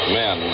men